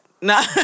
No